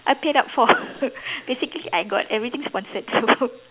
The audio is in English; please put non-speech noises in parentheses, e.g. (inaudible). are paid up for (laughs) basically I got everything sponsored so (laughs)